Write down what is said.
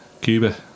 Cuba